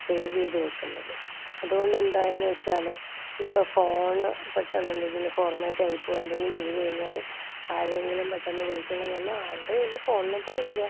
save ചെയ്തു വെക്കുന്നത് അതുകൊണ്ടെന്തായെന്നു വെച്ചാൽ ഇപ്പോൾ ഫോൺ പെട്ടെന്നെന്തെങ്കിലും ഫോർമാറ്റ് ആയിപ്പോവേ എന്തെങ്കിലും ചെയ്തു കഴിഞ്ഞാൽ ആരെയെങ്കിലും പെട്ടെന്ന് വിളിക്കണമെന്ന് പറഞ്ഞ ആരുടെയെങ്കിലും ഫോൺ നമ്പറില്ല